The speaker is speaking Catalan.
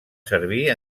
servir